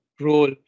role